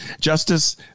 justice